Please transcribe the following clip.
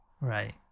Right